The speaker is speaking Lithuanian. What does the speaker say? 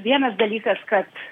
vienas dalykas kad